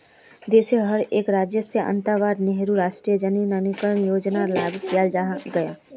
देशोंर हर एक राज्यअत जवाहरलाल नेहरू राष्ट्रीय शहरी नवीकरण योजनाक लागू कियाल गया छ